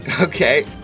Okay